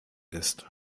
ist